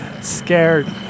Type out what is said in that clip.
Scared